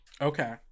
Okay